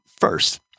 first